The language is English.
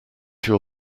your